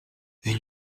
une